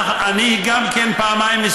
אני בדרום תל אביב פעמיים בשבוע.